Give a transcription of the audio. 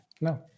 No